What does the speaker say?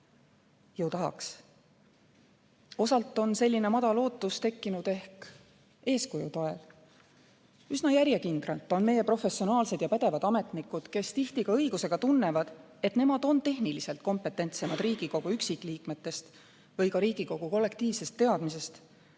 ju tahaks? Osalt on selline madal ootus tekkinud ehk eeskuju toel – üsna järjekindlalt on meie professionaalsed ja pädevad ametnikud, kes tihti ka õigusega tunnevad, et nemad on tehniliselt kompetentsemad Riigikogu üksikliikmetest või ka Riigikogu kollektiivsest teadmisest,